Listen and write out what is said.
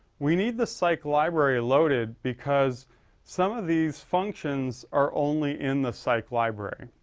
we need the psych library loaded, because some of these functions are only in the psych library.